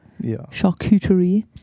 charcuterie